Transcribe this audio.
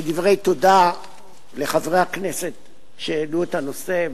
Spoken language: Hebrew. בדברי תודה לחברי הכנסת שהעלו את הנושא,